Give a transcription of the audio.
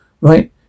right